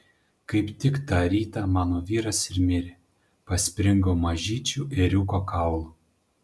kaip tik tą rytą mano vyras ir mirė paspringo mažyčiu ėriuko kaulu